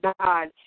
God